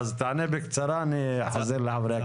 אז תענה בקצרה ואני חוזר לחברי הכנסת.